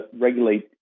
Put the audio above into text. regulate